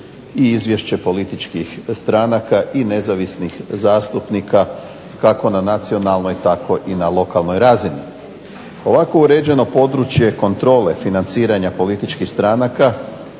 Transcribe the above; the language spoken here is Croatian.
i izvješće političkih stranaka i nezavisnih zastupnika kako na nacionalnoj tako i na lokalnoj razini. Ovako uređeno područje kontrole financiranja političkih stranaka